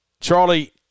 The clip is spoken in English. Charlie